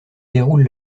déroule